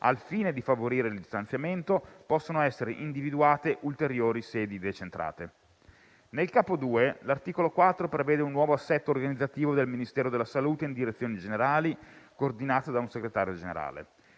al fine di favorire il distanziamento, possono essere individuate ulteriori sedi decentrate. Nel capo II, l'articolo 4 prevede un nuovo assetto organizzativo del Ministero della salute in direzioni generali coordinate da un segretario generale;